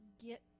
get